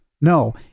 No